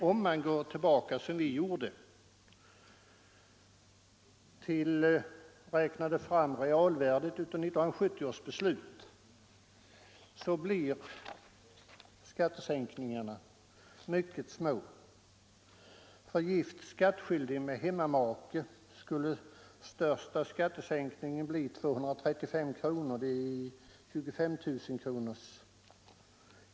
Om man, som vi gjort, räknar fram realvärdet av 1970 års beslut, finner man att skattesänkningarna blir mycket små. För gift skattskyldig med hemmamake skulle den största skattesänkningen bli 235 kronor vid ett inkomstläge av 25 000 kronor.